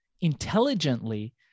intelligently